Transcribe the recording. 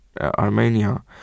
Armenia